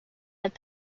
have